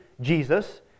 Jesus